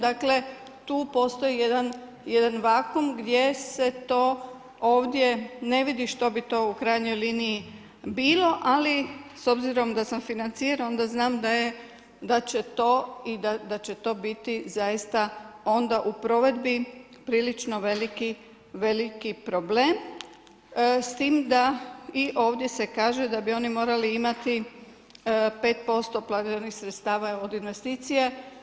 Dakle, tu postoji jedan vakuum gdje se to ovdje ne vidi što bi to u krajnjoj liniji bilo, ali s obzirom da sam financijer, onda znam da će to biti zaista onda u provedbi prilično veliki problem, s tim da i ovdje se kaže da bi oni morali imati 5% planiranih sredstva od investicije.